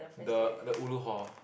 the the ulu hall